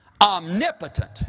Omnipotent